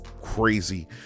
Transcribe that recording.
crazy